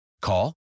Call